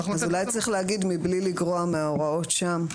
צריך לתת --- אולי צריך לומר מבלי לגרוע מההוראות שם,